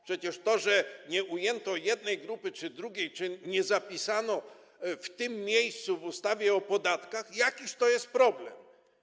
Przecież to, że nie ujęto jednej czy drugiej grupy czy nie zapisano w tym miejscu w ustawie o podatkach - jakiż to jest problem?